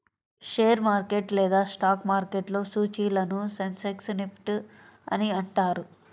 share market లేదా stock మార్కెట్లో సూచీలను సెన్సెక్స్, నిఫ్టీ అని అంటారు